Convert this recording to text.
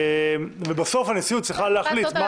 בסוף, הנשיאות צריכה להחליט.